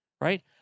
right